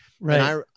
Right